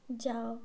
ଯାଅ